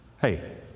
hey